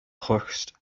höchst